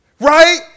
Right